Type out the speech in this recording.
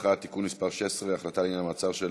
במשפחה (תיקון מס' 16) (החלטה לעניין מעצר של